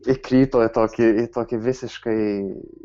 įkrito į tokį tokį visiškai